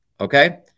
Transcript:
Okay